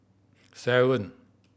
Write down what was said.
seven